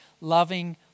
loving